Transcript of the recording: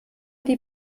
die